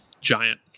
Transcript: giant